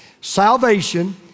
Salvation